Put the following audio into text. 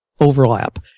overlap